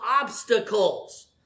obstacles